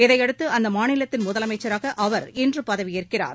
இதையடுத்து அம்மாநிலத்தின் முதலமைச்சராக அவர் இன்று பதவியேற்கிறார்